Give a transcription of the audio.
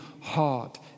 heart